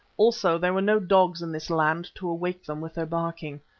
also there were no dogs in this land to awake them with their barking.